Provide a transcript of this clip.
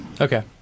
Okay